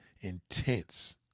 intense